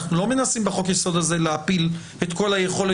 אנחנו לא מנסים בחוק יסוד הזה להפיל את כל היכולת